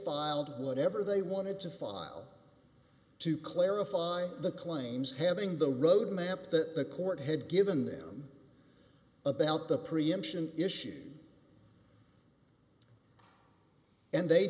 filed whatever they wanted to file to clarify the claims having the roadmap that the court had given them about the preemption issue and they